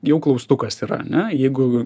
jau klaustukas yra ne jeigu